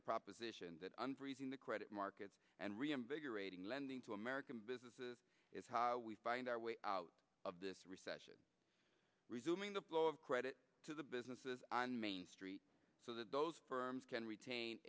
the proposition that unfreezing the credit markets and reinvigorating lending to american businesses is how we find our way out of this recession resuming the flow of credit to the businesses on main street so that those firms can retain